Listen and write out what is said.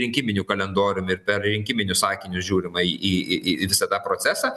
rinkiminiu kalendoriumi per rinkiminius akinius žiūrima į į į visą tą procesą